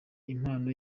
impano